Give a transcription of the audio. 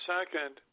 Second